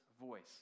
voice